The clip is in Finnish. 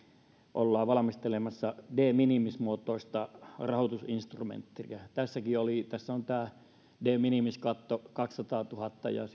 ollaan valmistelemassa de minimis muotoista rahoitusinstrumenttia tässä tämä de minimis katto on kaksisataatuhatta ja